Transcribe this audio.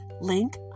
link